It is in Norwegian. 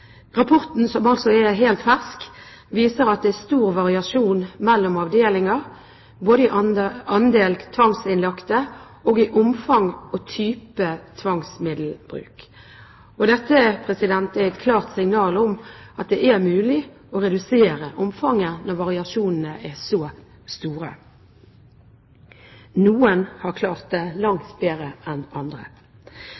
Rapporten, som altså er helt fersk, viser at det er stor variasjon mellom avdelinger, både i andel tvangsinnlagte og i omfang og type tvangsmiddelbruk. Dette er et klart signal om at det er mulig å redusere omfanget når variasjonene er så store. Noen har klart det